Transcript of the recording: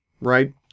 right